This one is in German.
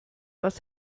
was